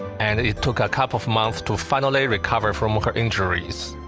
and it took a couple of months to finally recover from like her injuries.